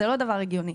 זה לא דבר הגיוני.